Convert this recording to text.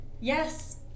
Yes